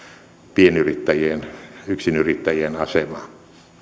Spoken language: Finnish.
pienyrittäjien yksinyrittäjien asemaa